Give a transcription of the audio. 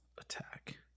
attack